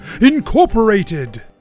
Incorporated